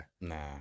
Nah